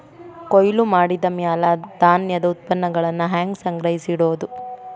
ಕೊಯ್ಲು ಮಾಡಿದ ಮ್ಯಾಲೆ ಧಾನ್ಯದ ಉತ್ಪನ್ನಗಳನ್ನ ಹ್ಯಾಂಗ್ ಸಂಗ್ರಹಿಸಿಡೋದು?